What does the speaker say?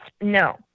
no